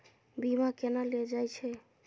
बीमा केना ले जाए छे?